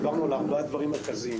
דיברנו על ארבעה דברים מרכזיים.